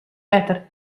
letter